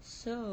so